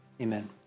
Amen